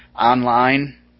online